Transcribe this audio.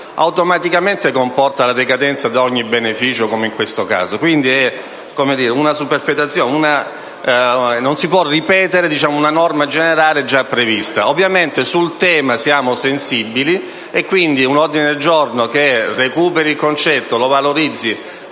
automaticamente comporta la decadenza da ogni beneficio, come in questo caso. Quindi, non si può ripetere una norma generale già prevista. Ovviamente, siamo sensibili sul tema, e quindi un ordine del giorno che recuperi il concetto e lo valorizzi